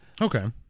Okay